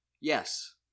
Yes